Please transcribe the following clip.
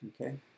Okay